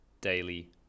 daily